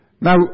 Now